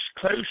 close